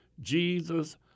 Jesus